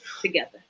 together